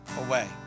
away